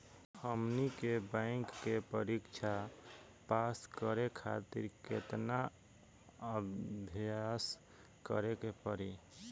हमनी के बैंक के परीक्षा पास करे खातिर केतना अभ्यास करे के पड़ी?